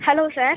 hello sir